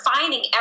finding